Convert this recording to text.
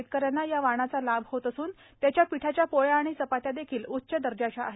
शेतकऱ्यांना यावाणाचा लाभ होत असून त्याच्यापिठाच्या पोळ्या चपात्या देखील उच्च दर्जाच्या आहेत